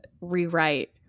rewrite